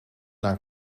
naar